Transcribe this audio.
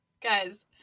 Guys